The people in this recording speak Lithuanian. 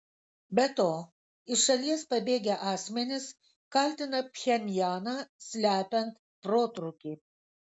be to iš šalies pabėgę asmenys kaltina pchenjaną slepiant protrūkį